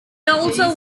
also